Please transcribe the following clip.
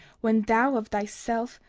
when thou, of thyself,